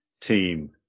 team